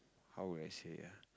how would I say